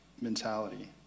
mentality